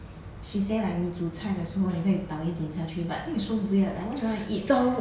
she said like 你煮菜的时候你可以倒一点下去 but I think it's so weird I wouldn't even want to eat